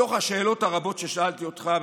מתוך השאלות הרבות ששאלתי אותך,